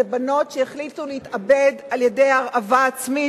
אלה בנות שהחליטו להתאבד על-ידי הרעבה עצמית,